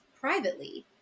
privately